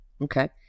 Okay